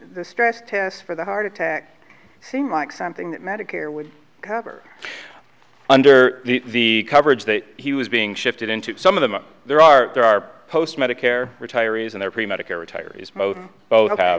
the stress tests for the heart attack seem like something that medicare would cover under the coverage that he was being shifted into some of them there are there are post medicare retirees in there pre medical retirees most both have